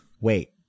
Wait